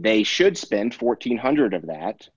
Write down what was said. they should spend one thousand four hundred of that